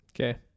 Okay